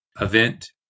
event